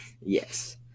Yes